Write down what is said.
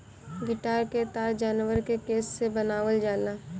guitar क तार जानवर के केस से बनावल जाला